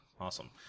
Awesome